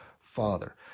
father